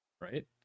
right